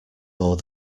more